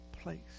place